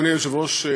אדוני היושב-ראש,